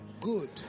good